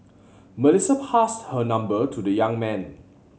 Melissa passed her number to the young man